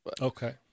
Okay